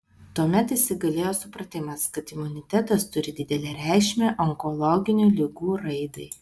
tuomet įsigalėjo supratimas kad imunitetas turi didelę reikšmę onkologinių ligų raidai